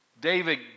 David